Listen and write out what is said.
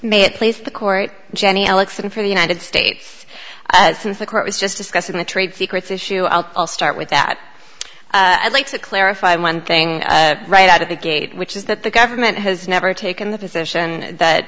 may it please the court johnny alex and for the united states since the court was just discussing the trade secrets issue i'll start with that i'd like to clarify one thing right out of the gate which is that the government has never taken the position that